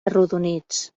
arrodonits